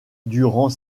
durant